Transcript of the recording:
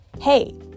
Hey